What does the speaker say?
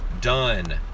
Done